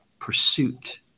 pursuit